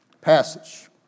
passage